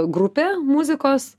grupė muzikos